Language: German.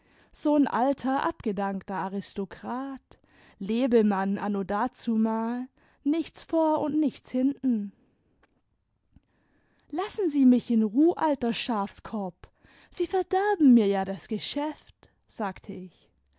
so n alter abgedankter aristokrat lebemann a d nichts vor und nichts hinten lassen sie mich in ruh alter schafskopp i sie verdeaen mir ja das geschäft sagte ich